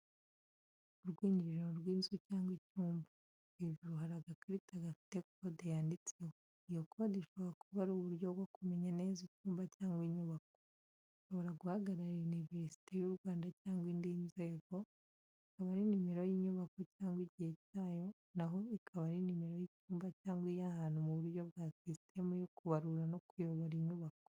Urwinjiriro rw’inzu cyangwa icyumba, hejuru hari agakarita gafite kode yanditseho. Iyo kode ishobora kuba ari uburyo bwo kumenya neza icyumba cyangwa inyubako. Ishobora guhagararira Univerisite y'u Rwanda cyangwa indi nzego, ikaba ari nimero y’inyubako cyangwa igice cyayo, na ho ikaba ari nimero y’icyumba cyangwa iy’ahantu mu buryo bwa sisitemu yo kubarura no kuyobora inyubako.